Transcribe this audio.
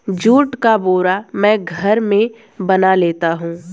जुट का बोरा मैं घर में बना लेता हूं